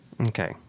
Okay